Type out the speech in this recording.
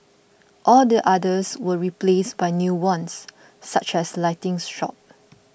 all the others were replaced by new ones such as lighting shops